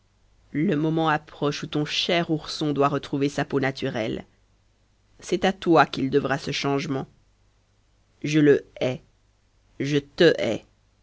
le moment approche où ton cher ourson doit retrouver sa peau naturelle c'est à toi qu'il devra ce changement je le hais je te hais